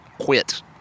quit